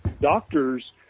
doctors